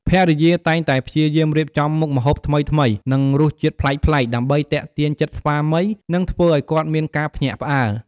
ភរិយាតែងតែព្យាយាមរៀបចំមុខម្ហូបថ្មីៗ និងរសជាតិប្លែកៗ ដើម្បីទាក់ទាញចិត្តស្វាមី និងធ្វើឲ្យគាត់មានការភ្ញាក់ផ្អើល។